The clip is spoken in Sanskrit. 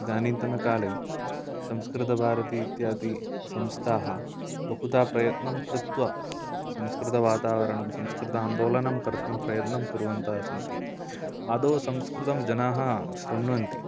इदानीन्तनकाले संस्कृतभारती इत्यादि संस्थाः बहुधा प्रायत्नं कृत्वा संस्कृतवातावरणं संस्कृत आन्दोलनं कर्तुं प्रयत्नं कुर्वन्तः सन्ति आदौ संस्कृतं जनाः श्रुण्वन्ति